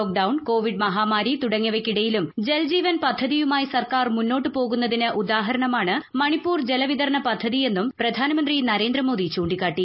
lockdown Covid മഹാമാരി തുടങ്ങിയവയ്ക്കിടയിലും ജൽ ജീവൻ പദ്ധതിയുമായി സർക്കാർ മുന്നോട്ടുപോകുന്നതിന് ഉദാഹരണമാണ് മണിപ്പൂർ ജല വിതരണ പദ്ധതി എന്നും പ്രധാനമന്ത്രി നരേന്ദ്രമോദി ചൂണ്ടിക്കാട്ടി